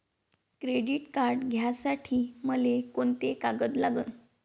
Credit card घ्यासाठी मले कोंते कागद लागन?